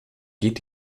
geht